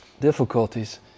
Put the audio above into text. difficulties